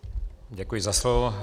Děkuji za slovo.